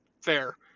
fair